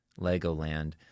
Legoland